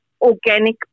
organic